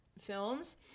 films